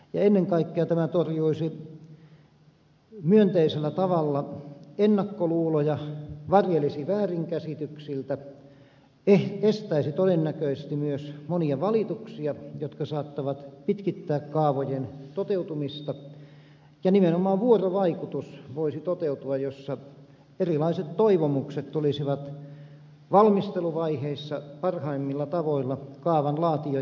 ennen kaikkea tämä torjuisi myönteisellä tavalla ennakkoluuloja varjelisi väärinkäsityksiltä estäisi todennäköisesti myös monia valituksia jotka saattavat pitkittää kaavojen toteutumista ja nimenomaan vuorovaikutus voisi toteutua jossa erilaiset toivomukset tulisivat valmisteluvaiheissa parhaimmilla tavoilla kaavan laatijoitten tietoon